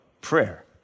prayer